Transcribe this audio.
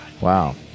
Wow